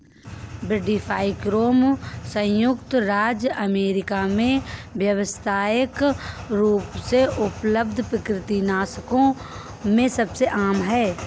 brodifacoum संयुक्त राज्य America में व्यावसायिक रूप से उपलब्ध कृंतकनाशकों में सबसे आम है